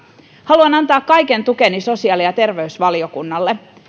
haluan antaa kaiken tukeni sosiaali ja terveysvaliokunnalle